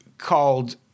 called